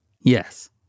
yes